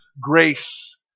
Grace